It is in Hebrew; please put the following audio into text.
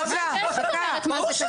איך את אומרת מה זה קשור?